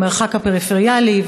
המרחק הפריפריאלי,